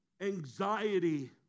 anxiety